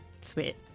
Sweet